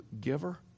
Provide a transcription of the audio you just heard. giver